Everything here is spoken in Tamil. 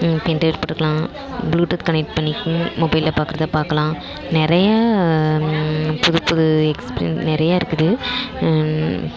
பென் ட்ரைவர் போட்டுக்கலாம் ப்ளூ ட்டூத் கனக்ட் பண்ணி மொபைலில் பார்க்குறத பார்க்லாம் நிறையா புது புது எக்ஸ்பிரஸ் நிறைய இருக்குது